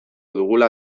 dugula